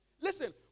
Listen